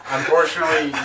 Unfortunately